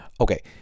Okay